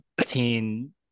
teen